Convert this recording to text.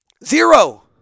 Zero